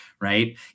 right